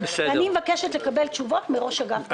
אני מבקשת לקבל תשובות מראש אגף האוצר.